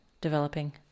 developing